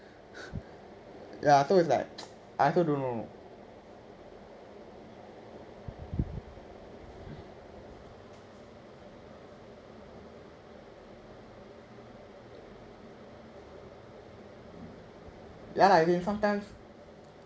ya so it's like I also don't know ya I mean sometimes